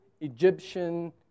Egyptian